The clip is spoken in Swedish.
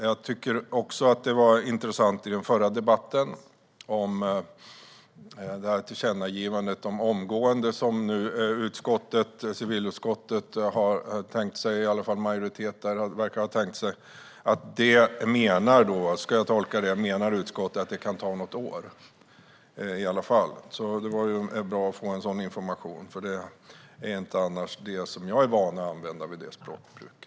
Jag tycker också att det var intressant - rörande den förra debatten om det här tillkännagivandet om omgående åtgärder som i alla fall en majoritet av civilutskottet verkar ha tänkt sig - att jag ska tolka det som att utskottet menar att det kan ta något år. Det var bra att få den informationen, för det är inte ett språkbruk jag är van vid att använda i sådana sammanhang.